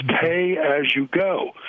pay-as-you-go